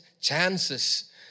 chances